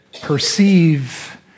perceive